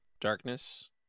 Darkness